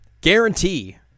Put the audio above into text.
Guarantee